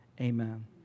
Amen